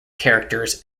characters